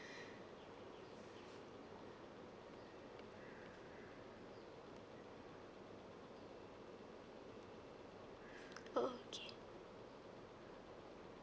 okay